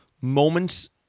moments